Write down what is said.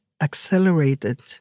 accelerated